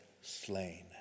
slain